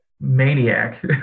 maniac